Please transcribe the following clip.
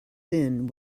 thin